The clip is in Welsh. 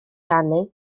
rannu